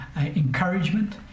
encouragement